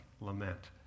lament